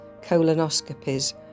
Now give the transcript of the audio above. colonoscopies